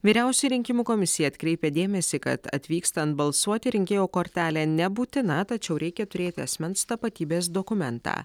vyriausioji rinkimų komisija atkreipia dėmesį kad atvykstant balsuoti rinkėjo kortelę nebūtina tačiau reikia turėti asmens tapatybės dokumentą